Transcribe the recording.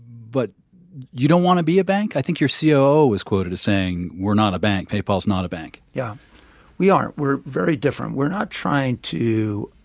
but you don't want to be a bank? i think your coo so was quoted as saying, we're not a bank. paypal's not a bank. yeah we aren't. we're very different. we're not trying to